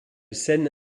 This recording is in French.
scène